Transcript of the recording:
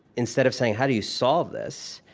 instead of saying, how do you solve this?